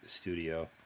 Studio